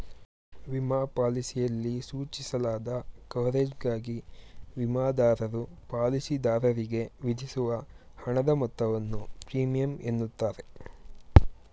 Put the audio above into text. ವಿಮಾ ಪಾಲಿಸಿಯಲ್ಲಿ ಸೂಚಿಸಲಾದ ಕವರೇಜ್ಗಾಗಿ ವಿಮಾದಾರರು ಪಾಲಿಸಿದಾರರಿಗೆ ವಿಧಿಸುವ ಹಣದ ಮೊತ್ತವನ್ನು ಪ್ರೀಮಿಯಂ ಎನ್ನುತ್ತಾರೆ